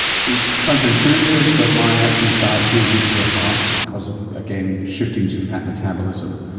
it's counterintuitive, but my atkins diet is really good for your heart because of, again, shifting to fat metabolism.